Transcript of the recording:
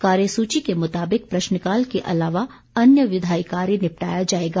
कार्यसूची के मुताबिक प्रश्नकाल के अलावा अन्य विधायी कार्य निपटाया जाएगा